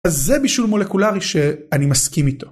אז זה בישול מולקולרי שאני מסכים איתו.